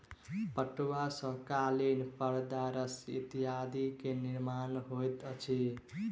पटुआ सॅ कालीन परदा रस्सी इत्यादि के निर्माण होइत अछि